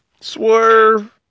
Swerve